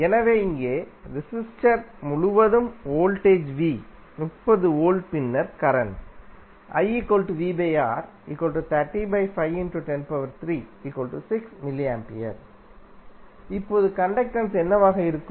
எனவே இங்கே ரெசிஸ்டர் முழுவதும் வோல்டேஜ் V 30 வோல்ட் பின்னர் கரண்ட் mA இப்போது கண்டக்டென்ஸ் என்னவாக இருக்கும்